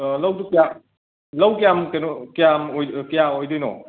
ꯂꯧꯗꯣ ꯀꯌꯥ ꯂꯧ ꯀꯌꯥꯝ ꯀꯩꯅꯣ ꯀꯌꯥꯝ ꯀꯌꯥ ꯑꯣꯏꯗꯣꯏꯅꯣ